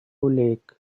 lake